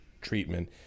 treatment